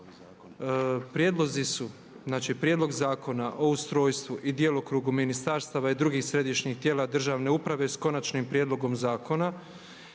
donošenje Zakona o ustrojstvu i djelokrugu ministarstava i drugih središnjih tijela državne uprave i ne protivi se prijedlogu